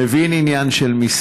מבין עניין של מספרים.